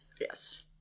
Yes